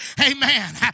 amen